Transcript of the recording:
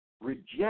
reject